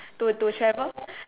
to to travel